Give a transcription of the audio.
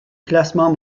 classement